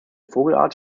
vogelart